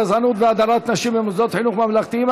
גזענות והדרת נשים במוסדות חינוך ממלכתיים),